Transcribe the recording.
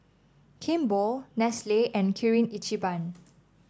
Kimball Nestle and Kirin Ichiban